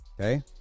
Okay